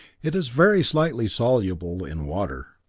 it is very slightly soluble in water.